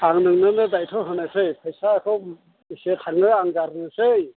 आं नोंनोनो दायथ' होनोसै फैसाखौ बेसे थाङो आं गारनोसै